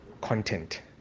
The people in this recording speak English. content